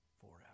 forever